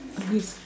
ah yes